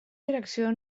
direcció